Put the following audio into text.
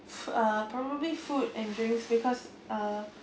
uh probably food and drinks because uh